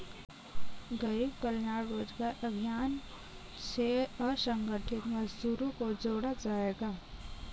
गरीब कल्याण रोजगार अभियान से असंगठित मजदूरों को जोड़ा जायेगा